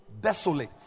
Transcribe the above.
Desolate